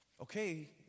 Okay